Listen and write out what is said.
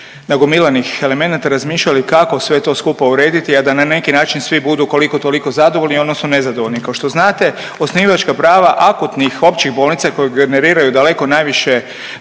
nagomilanih elemenata razmišljali kako sve to skupa urediti, a da na neki način svi budu, koliko toliko zadovoljni, odnosno nezadovoljni. Kao što znate, osnivačka prava akutnih općih bolnica koje generiraju daleko najviše